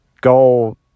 go